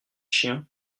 chien